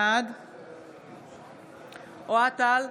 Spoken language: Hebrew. בעד אוהד טל,